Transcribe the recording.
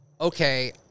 okay